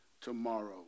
tomorrow